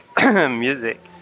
music